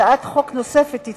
ותתקבל הצעת חוק נוספת,